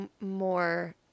more